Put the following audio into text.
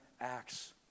Acts